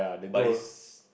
but it's